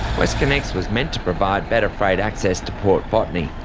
westconnex was meant to provide better freight access to port botany,